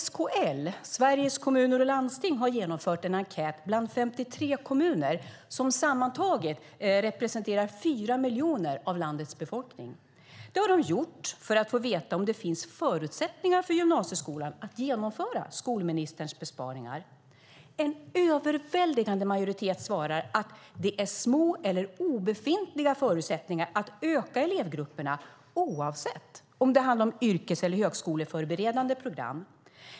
SKL, Sveriges Kommuner och Landsting, har genomfört en enkät bland 53 kommuner som sammantaget representerar 4 miljoner av landets befolkning. Det har de gjort för att få veta om det finns förutsättningar för gymnasieskolan att genomföra skolministerns besparingar. En överväldigande majoritet svarar att det är små eller obefintliga förutsättningar att öka elevgrupperna oavsett om det handlar om yrkes eller högskoleförberedande program.